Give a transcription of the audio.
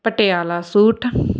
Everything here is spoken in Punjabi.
ਪਟਿਆਲਾ ਸੂਟ